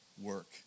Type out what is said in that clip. work